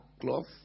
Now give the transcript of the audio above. cloth